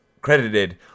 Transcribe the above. credited